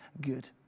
good